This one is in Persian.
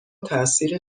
تاثیر